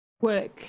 work